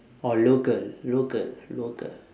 or logle logle logle